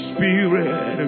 Spirit